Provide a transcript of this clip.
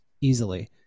easily